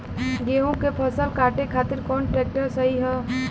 गेहूँक फसल कांटे खातिर कौन ट्रैक्टर सही ह?